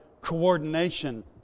coordination